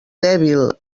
dèbil